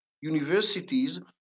universities